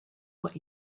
what